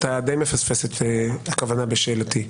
אתה יודע מפספסת את הכוונה בשאלתי.